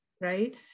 right